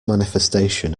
manifestation